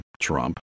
Trump